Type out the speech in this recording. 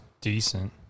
decent